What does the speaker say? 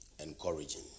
encouraging